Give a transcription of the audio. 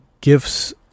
gifts